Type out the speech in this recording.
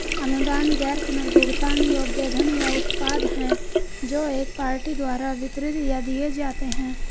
अनुदान गैर पुनर्भुगतान योग्य धन या उत्पाद हैं जो एक पार्टी द्वारा वितरित या दिए जाते हैं